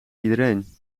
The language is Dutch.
iedereen